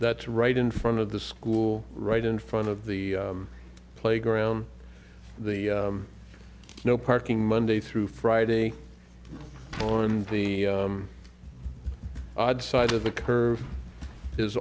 that's right in front of the school right in front of the playground the no parking monday through friday on the side of the curve is